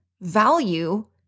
value